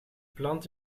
plant